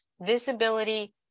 visibility